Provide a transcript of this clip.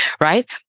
right